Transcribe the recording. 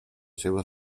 seua